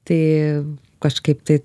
tai kažkaip tai